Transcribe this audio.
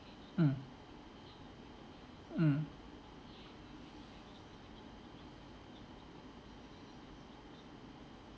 mm mm